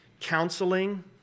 counseling